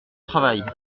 travail